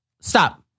Stop